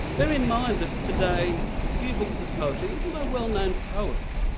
bear in mind that today few books of poetry even by well-known poets.